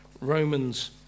Romans